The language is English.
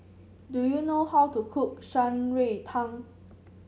do you know how to cook Shan Rui Tang